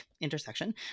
intersection